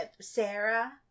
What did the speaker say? sarah